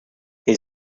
his